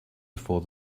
before